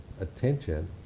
attention